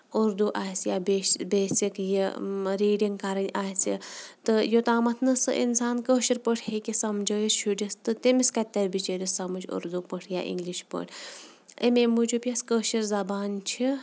اردو آسہِ یا بیسِک یہِ ریٖڈنگ کَرٕنۍ آسہِ تہٕ یوتامَتھ تہٕ سُہ اِنسان کٲشِر پٲٹھۍ ہٮ۪کہِ سَمجھٲوِتھ شُرِس تہٕ تٔمِس کَتہِ تری بِچٲرِس سَمجھ اُردو پٲٹھۍ یا اِنگلِش پٲٹھۍ اَمہِ موٗجوٗب یۄس کٲشِر زَبان چھِ